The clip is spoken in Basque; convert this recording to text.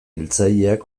hiltzaileak